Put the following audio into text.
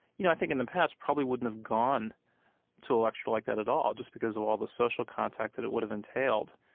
you know, i think in the past probably wouldn't have gone to a lecture like that at all just because of all the social contact that it would've entailed,